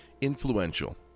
influential